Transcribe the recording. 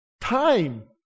time